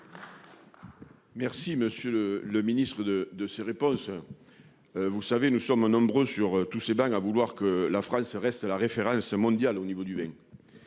Merci monsieur le le ministre de de ses réponses. Vous savez, nous sommes nombreux sur tous ces bancs à vouloir que la France reste la référence mondiale au niveau du vin.